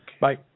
Bye